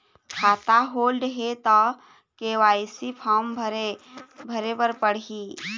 खाता होल्ड हे ता के.वाई.सी फार्म भरे भरे बर पड़ही?